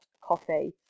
coffee